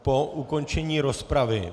Po ukončení rozpravy.